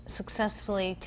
successfully